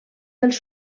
dels